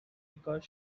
because